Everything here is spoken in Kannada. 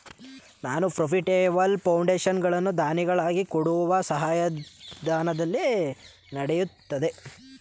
ನಾನ್ ಪ್ರಫಿಟೆಬಲ್ ಫೌಂಡೇಶನ್ ಗಳು ದಾನಿಗಳು ಕೊಡುವ ಸಹಾಯಧನದಲ್ಲಿ ನಡೆಯುತ್ತದೆ